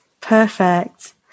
Perfect